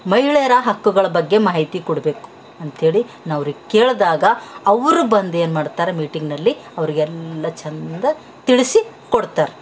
ಮಹಿಳೆಯರ ಹಕ್ಕುಗಳ ಬಗ್ಗೆ ಮಾಹಿತಿ ಕೊಡಬೇಕು ಅಂತಹೇಳಿ ನಾವ್ರಿಗೆ ಕೇಳಿದಾಗ ಅವ್ರು ಬಂದು ಏನ್ಮಾಡ್ತಾರೆ ಮೀಟಿಂಗ್ನಲ್ಲಿ ಅವ್ರಿಗೆಲ್ಲಾ ಚಂದ ತಿಳಿಸಿಕೊಡ್ತಾರೆ